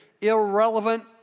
irrelevant